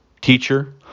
Teacher